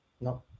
No